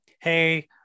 Hey